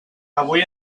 avui